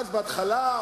בהתחלה,